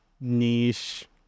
niche